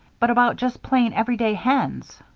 but about just plain everyday hens.